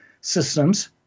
systems